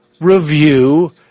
review